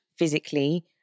physically